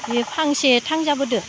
बे फांसे थांजाबोदो